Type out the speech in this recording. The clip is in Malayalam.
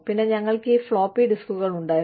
പിന്നെ ഞങ്ങൾക്ക് ഈ ഫ്ലോപ്പി ഡിസ്കുകൾ ഉണ്ടായിരുന്നു